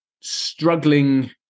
struggling